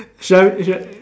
should I should I